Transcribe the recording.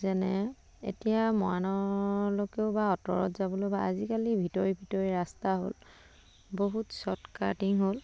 যেনে এতিয়া মৰাণলৈকেও বা আঁতৰত যাবলৈ বা আজিকালি ভিতৰি ভিতৰি ৰাস্তা হ'ল বহুত শ্বৰ্ট কাটিং হ'ল